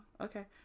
okay